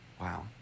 Wow